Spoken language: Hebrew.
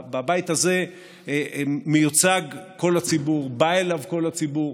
בבית הזה מיוצג כל הציבור, בא אליו כל הציבור.